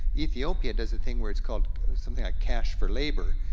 ethiopia does a thing where it's called something like cash for labor,